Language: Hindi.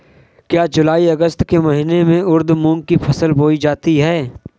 क्या जूलाई अगस्त के महीने में उर्द मूंग की फसल बोई जाती है?